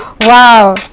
wow